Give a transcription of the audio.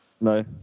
No